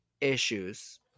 issues